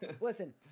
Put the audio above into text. listen